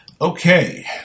Okay